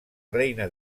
reina